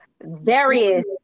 various